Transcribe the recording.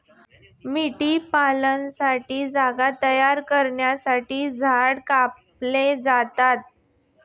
मेंढीपालनासाठी जागा तयार करण्यासाठी झाडे कापली जातात